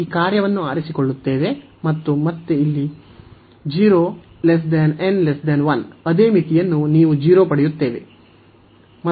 ನಾವು ಈ ಕಾರ್ಯವನ್ನು ಆರಿಸಿಕೊಳ್ಳುತ್ತೇವೆ ಮತ್ತು ಇಲ್ಲಿ 0 n 1 ಅದೇ ಮಿತಿಯನ್ನು 0 ಪಡೆಯುತ್ತೇವೆ